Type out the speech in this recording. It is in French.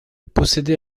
possédait